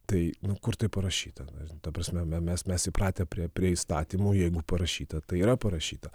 tai nu kur tai parašyta ta prasme mes mes įpratę prie įstatymų jeigu parašyta tai yra parašyta